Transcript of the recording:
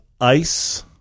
ice